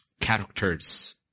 characters